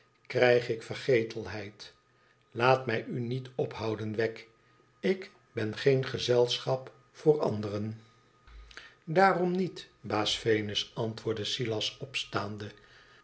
krijg ik vergetelhied laat mij u niet ophouden wegg ik ben geen gezelschap voor anderen daarom niet baas venos antwoordde silas opstaande